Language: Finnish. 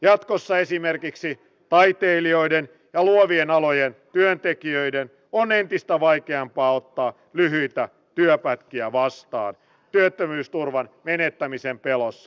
jatkossa esimerkiksi taitelijoiden ja luovien alojen työntekijöiden on entistä vaikeampaa ottaa lyhyitä työpätkiä vastaan työttömyysturvan menettämisen pelossa